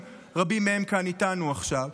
שרבים מהם לא יושבים כאן איתנו עכשיו,